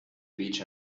beach